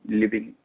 living